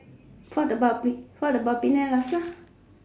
what about pe~ penang Laksa